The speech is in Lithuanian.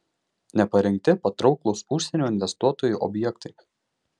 neparengti patrauklūs užsienio investuotojui objektai